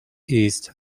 east